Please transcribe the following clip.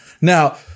Now